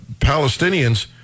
Palestinians